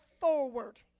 forward